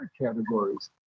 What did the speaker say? categories